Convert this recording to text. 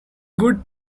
good